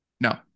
no